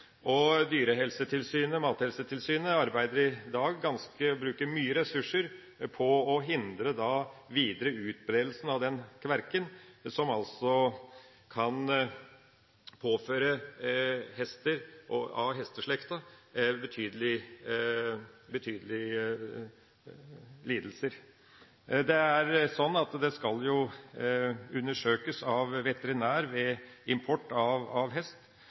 og Mattilsynet bruker mye ressurser på å hindre videre utbredelse av kverke, som altså kan påføre dyr i hesteslekten betydelige lidelser. Det er sånn at hester ved import skal undersøkes av veterinær,